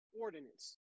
Ordinance